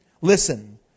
Listen